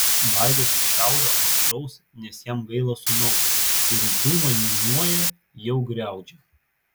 baidosi šiaurio aštraus nes jam gaila sūnaus ir dūmą niūniuoja jau griaudžią